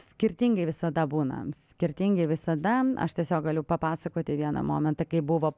skirtingai visada būnam skirtingi visada aš tiesiog galiu papasakoti vieną momentą kaip buvo